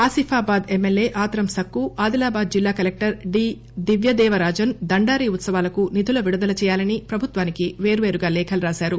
Asifabad MLA Atram Sakku Adilabad జిల్లా collector D Divya Devarajan Dandari ఉత్పవాలకు నిధులు విడుదల చేయాలనీ ప్రభుత్వానికి వేర్వేరుగా లేఖలు రాసారు